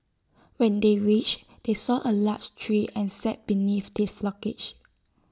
when they reached they saw A large tree and sat beneath the foliage